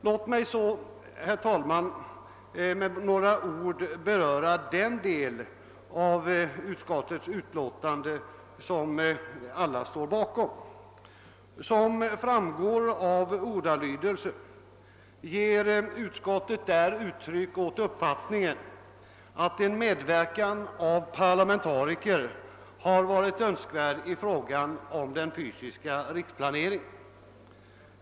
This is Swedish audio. Låt mig så, herr talman, med några ord beröra den del av utskottets utlåtande som alla står bakom. Som framgår av ordalydelsen ger utskottet uttryck åt den uppfattningen att en medverkan av parlamentariker har varit önskvärd i fråga om den fysiska riksplaneringen.